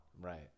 Right